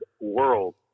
world